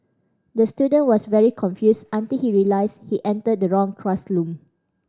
the student was very confused until he realised he entered the wrong classroom